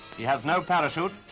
he has no parachute.